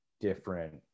different